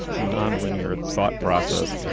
nonlinear thought process.